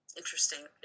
interesting